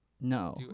No